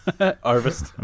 Harvest